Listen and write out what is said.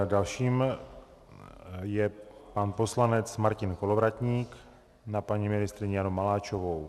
Dalším je pan poslanec Martin Kolovratník na paní ministryni Janu Maláčovou.